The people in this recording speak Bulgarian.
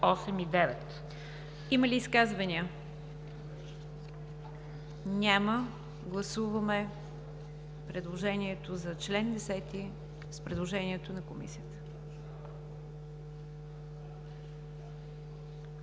Има ли изказвания? Няма. Гласуваме предложението за чл. 10 с предложението на Комисията.